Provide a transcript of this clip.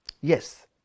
Yes